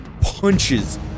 punches